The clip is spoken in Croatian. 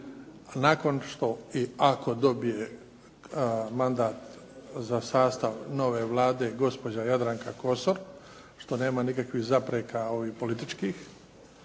nakon što i ako dobije mandat za sastav nove Vlade gospođa Jadranka Kosor, što nema nikakvih zapreka političkih